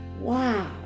Wow